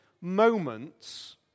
moments